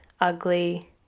ugly